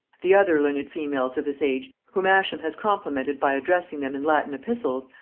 the other learned females of this age whom ascham has complimented by addressing them in latin epistles,